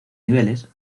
niveles